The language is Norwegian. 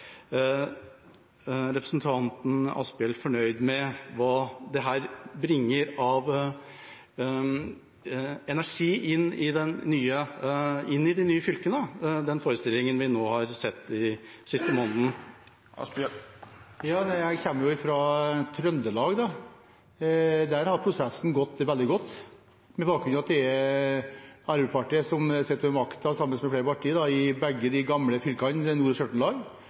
representanten Asphjell fornøyd med hva denne forestillingen vi nå har sett de siste månedene, bringer av energi inn i de nye fylkene? Jeg kommer fra Trøndelag. Der har prosessen gått veldig godt med bakgrunn i at det er Arbeiderpartiet som sitter med makten, sammen med flere partier, i begge de gamle fylkene, Nord- og